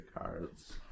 cards